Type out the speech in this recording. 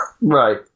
Right